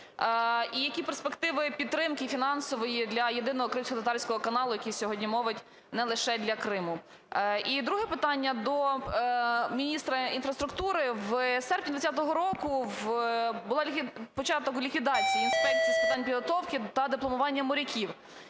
і які перспективи підтримки фінансової для єдиного кримськотатарського каналу, який сьогодні мовить не лише для Криму? І друге питання до міністра інфраструктури. В серпні 20-го року був початок ліквідації Інспекції з питань підготовки та дипломування моряків.